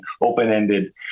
open-ended